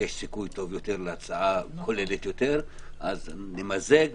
יש סיכוי טוב יותר להצעה כוללת יותר אז נמזג ואחר-כך,